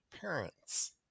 parents